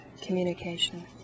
communication